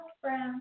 friend